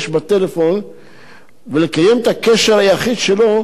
ולקיים את הקשר היחיד שלו עם העולם החיצון?